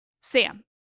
Sam